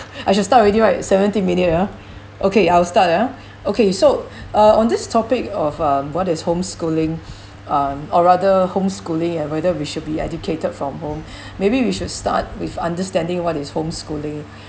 I should start already right seventy minutes ah okay I'll start ah okay so uh on this topic of uh what is homeschooling um or rather homeschooling and whether we should be educated from home maybe we should start with understanding what is homeschooling